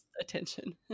attention